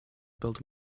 built